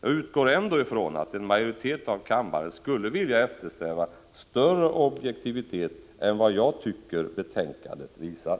Jag utgår ändå ifrån att en majoritet av kammaren skulle vilja eftersträva större objektivitet än vad jag tycker att betänkandet visar.